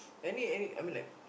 any any I mean like